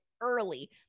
early